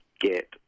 get